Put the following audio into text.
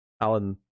Alan